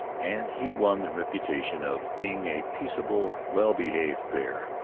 and he won the reputation of being a peaceable, well-behaved bear.